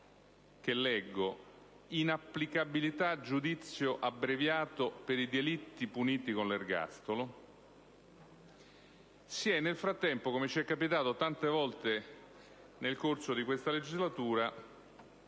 di «Inapplicabilità del giudizio abbreviato per il delitti puniti con l'ergastolo» si è nel frattempo trasformato, come è capitato tante volte nel corso di questa legislatura,